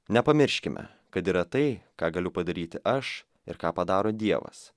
nepamirškime kad yra tai ką galiu padaryti aš ir ką padaro dievas